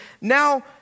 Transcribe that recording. now